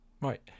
Right